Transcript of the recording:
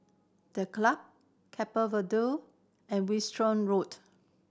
The Club Keppel Viaduct and Wiltshire Road